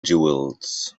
jewels